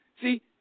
See